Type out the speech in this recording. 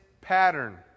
pattern